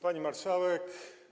Pani Marszałek!